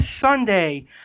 Sunday